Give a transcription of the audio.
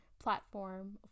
platform